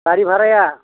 गारि भाराया